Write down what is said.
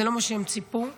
זה לא מה שהם ציפו לו,